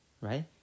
Right